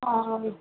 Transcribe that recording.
हँ